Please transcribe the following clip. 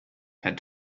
had